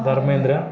Dharmendra